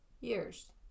years